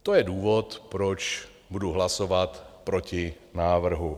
To je důvod, proč budu hlasovat proti návrhu.